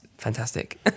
fantastic